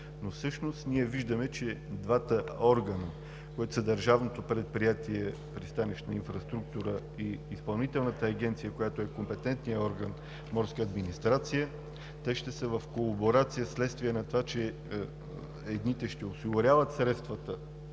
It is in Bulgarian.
Всъщност ние виждаме, че двата органа, които са Държавното предприятие „Пристанищна инфраструктура“ и Изпълнителната агенция, която е компетентният орган – „Морска администрация“, ще са в колаборация вследствие на това, че едните ще осигуряват средствата